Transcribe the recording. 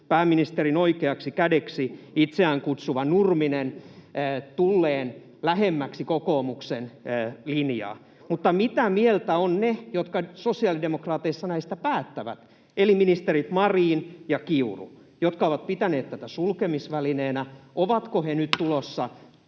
pääministerin oikeaksi kädeksi itseään kutsuva Nurminen tulleen lähemmäksi kokoomuksen linjaa. Mutta mitä mieltä ovat he, jotka sosiaalidemokraateissa näistä päättävät, eli ministerit Marin ja Kiuru, jotka ovat pitäneet tätä sulkemisvälineenä? Ovatko he nyt